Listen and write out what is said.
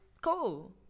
Cool